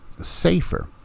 safer